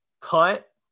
Cut